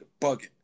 bugging